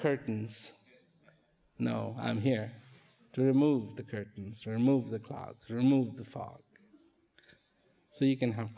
curtains now i'm here to remove the curtains remove the clouds remove the far so you can have